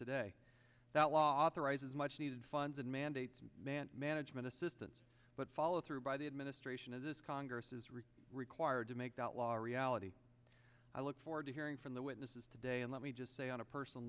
today that law authorizing the much needed funds and mandates man management assistance but follow through by the administration of this congress is really required to make that law a reality i look forward to hearing from the witnesses today and let me just say on a personal